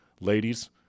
ladies